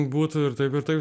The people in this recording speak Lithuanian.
būtų ir taip ir taip